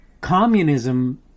Communism